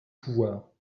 pouvoir